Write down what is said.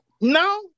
No